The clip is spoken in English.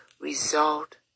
result